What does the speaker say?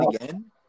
again